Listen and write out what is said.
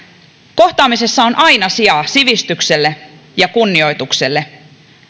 kohtaamisessa on aina sijaa sivistykselle ja kunnioitukselle